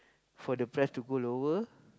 for the price to go lower